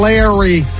Larry